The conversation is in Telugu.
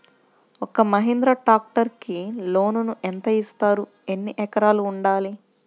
ఒక్క మహీంద్రా ట్రాక్టర్కి లోనును యెంత ఇస్తారు? ఎన్ని ఎకరాలు ఉండాలి?